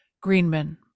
Greenman